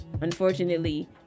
unfortunately